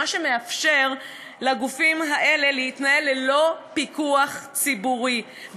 מה שמאפשר לגופים האלה להתנהל ללא פיקוח ציבורי,